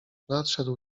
nadszedł